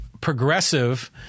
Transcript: progressive